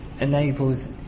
enables